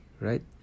right